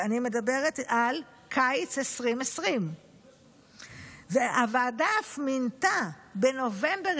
אני מדברת על קיץ 2020. הוועדה אף מינתה בנובמבר